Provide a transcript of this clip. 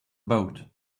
boat